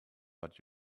but